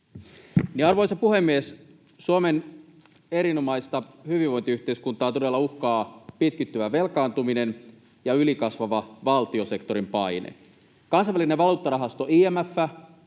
Arvoisa puhemies! Suomen erinomaista hyvinvointiyhteiskuntaa todella uhkaa pitkittyvä velkaantuminen ja ylikasvava valtiosektorin paine. Kansainvälinen valuuttarahasto IMF